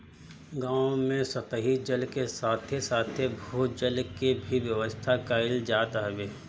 गांव में सतही जल के साथे साथे भू जल के भी व्यवस्था कईल जात हवे